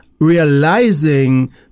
realizing